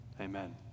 Amen